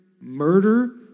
murder